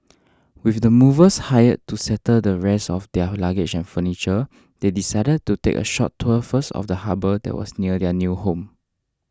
with the movers hired to settle the rest of their luggage and furniture they decided to take a short tour first of the harbour that was near their new home